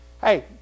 Hey